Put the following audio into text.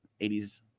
80s